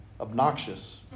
obnoxious